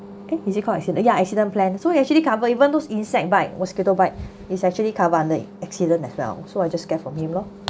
eh is it called acciden~ ya accident plan so it's actually cover even those insect bite mosquito bite is actually cover under accident as well so I just get from him lor